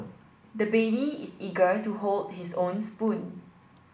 the baby is eager to hold his own spoon